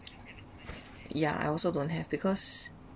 ya I also don't have because